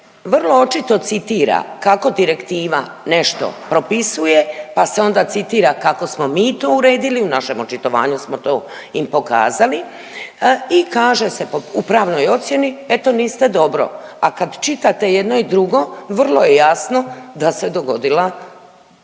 vrlo očito citira kako direktiva nešto propisuje, pa se onda citira kako smo mi to uredili u našem očitovanju smo to im pokazali i kaže se u pravnoj ocjeni eto niste dobro. A kad čitate jedno i drugo vrlo je jasno da se dogodila pogreška.